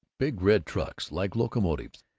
big red trucks like locomotives,